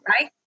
right